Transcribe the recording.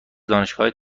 دانشگاه